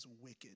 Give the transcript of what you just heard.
wicked